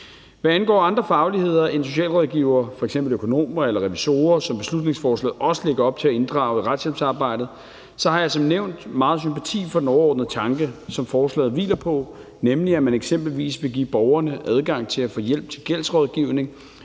Hvad angår andre fagligheder end socialrådgivere, f.eks. økonomer eller revisorer, som beslutningsforslaget også lægger op til at inddrage i retshjælpsarbejdet, har jeg som nævnt meget sympati for den overordnede tanke, som forslaget hviler på, nemlig at man eksempelvis vil give borgerne adgang til at få hjælp til gældsrådgivning